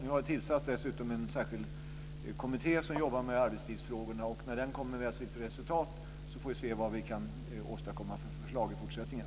Nu har det dessutom tillsatts en särskild kommitté som jobbar med arbetstidsfrågorna, och när den kommer med sitt resultat får vi se vad vi kan åstadkomma för förslag i fortsättningen.